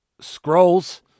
scrolls